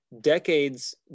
decades